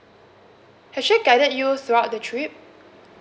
has she guided you throughout the trip